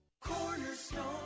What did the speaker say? Cornerstone